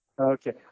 Okay